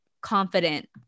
confident